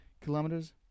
kilometers